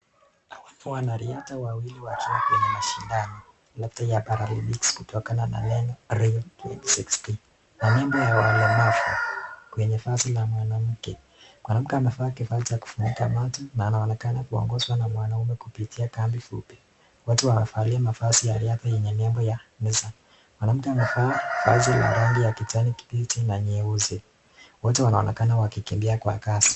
Hawa ni wanariadha wawili wakiwa kwenye mashindano, labda ya Paralympics kutokana na neno Rio 2016 na nembo ya walemavu kwenye vazi la mwanamke. Mwanamke amevaa kifaa cha kufunika macho na anaonekana kuongozwa na mwanaume kupitia kambi fupi. Wote wamevalia mavazi ya riadha yenye nembo ya Nissan. Mwanamke amevaa vazi la rangi ya kijani kibichi na nyeusi. Wote wanaonekana wakikimbia kwa kasi.